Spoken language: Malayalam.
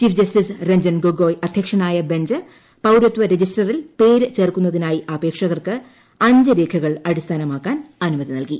ചീഫ് ജസ്റ്റിസ് രഞ്ജൻ ഗൊഗോയി അദ്ധ്യക്ഷനായ ബെഞ്ച് പൌരത്വ രജിസ്റ്ററിൽ പേര് ചേർക്കുന്നതിനായി അപേക്ഷകർക്ക് അഞ്ച് രേഖകൾ അടിസ്ഥാനമാക്കാൻ അനുമതി നൽകി